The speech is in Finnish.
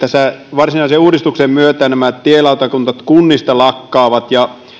varsinaisen uudistuksen myötä tielautakunnat kunnista lakkaavat ja